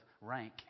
rank